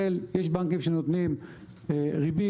יש בנקים שנותנים ריבית,